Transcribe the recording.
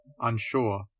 Unsure